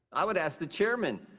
i would ask the chairman.